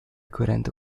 coerente